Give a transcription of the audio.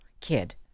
kid